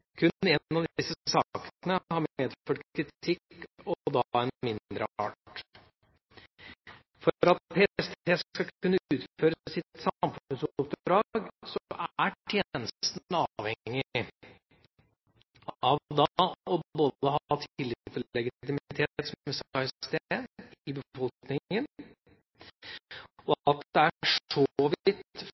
Kun en av disse sakene har medført kritikk og da av en mindre art. For at PST skal kunne utføre sitt samfunnsoppdrag, er tjenestene avhengig av både å ha tillit og legitimitet, som jeg sa i stad, i befolkningen. Og at det er